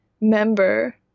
member